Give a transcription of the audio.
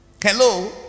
Hello